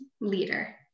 leader